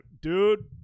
dude